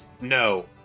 No